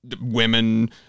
women